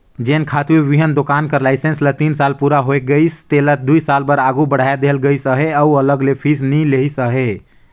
जेन खातूए बीहन दोकान कर लाइसेंस ल तीन साल पूरा होए गइस तेला दुई साल बर आघु बढ़ाए देहल गइस अहे अउ अलग ले फीस नी लेहिस अहे